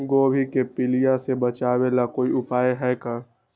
गोभी के पीलिया से बचाव ला कोई उपाय है का?